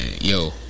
yo